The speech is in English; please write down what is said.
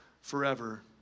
forever